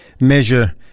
measure